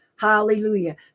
hallelujah